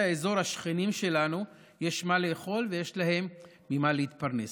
האזור השכנים שלנו יש מה לאכול ויש להם ממה להתפרנס.